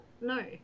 No